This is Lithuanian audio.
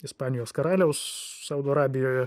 ispanijos karaliaus saudo arabijoje